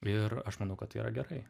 ir aš manau kad tai yra gerai